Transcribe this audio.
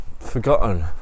forgotten